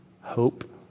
hope